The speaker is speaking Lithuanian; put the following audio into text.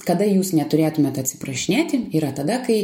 kada jūs neturėtumėt atsiprašinėti yra tada kai